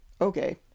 okay